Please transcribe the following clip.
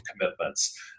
commitments